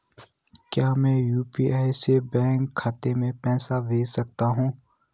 क्या मैं यु.पी.आई से बैंक खाते में पैसे भेज सकता हूँ?